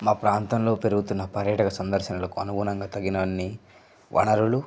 మా ప్రాంతంలో పెరుగుతున్న పర్యటక సందర్శనలకు అనుగుణంగా తగినన్ని వనరులు